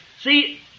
See